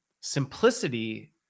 simplicity